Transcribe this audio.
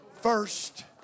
first